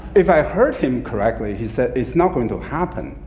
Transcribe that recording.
if i heard him correctly, he said, it's not going to happen.